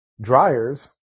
Dryers